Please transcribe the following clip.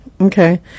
Okay